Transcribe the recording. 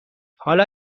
حالا